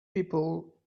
people